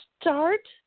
start